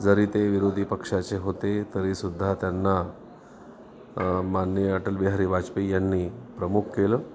जरी ते विरोधी पक्षाचे होते तरीसुद्धा त्यांना माननीय अटलबिहारी वाजपेयी यांनी प्रमुख केलं